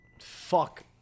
fuck